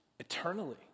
eternally